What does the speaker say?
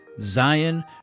Zion